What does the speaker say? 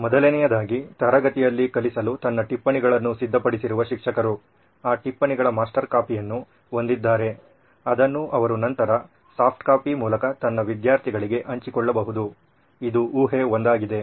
ಮೊದಲನೆಯದಾಗಿ ತರಗತಿಯಲ್ಲಿ ಕಲಿಸಲು ತನ್ನ ಟಿಪ್ಪಣಿಗಳನ್ನು ಸಿದ್ಧಪಡಿಸುತ್ತಿರುವ ಶಿಕ್ಷಕರು ಆ ಟಿಪ್ಪಣಿಗಳ ಮಾಸ್ಟರ್ ಕಾಪಿಯನ್ನು ಹೊಂದಿದ್ದಾರೆ ಅದನ್ನು ಅವರು ನಂತರ ಸಾಫ್ಟ್ ಕಾಪಿ ಮೂಲಕ ತಮ್ಮ ವಿದ್ಯಾರ್ಥಿಗಳಿಗೆ ಹಂಚಿಕೊಳ್ಳಬಹುದು ಇದು ಊಹೆ ಒಂದಾಗಿದೆ